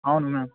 అవును మ్యామ్